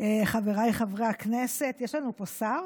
חבריי חברי הכנסת, יש לנו פה שר?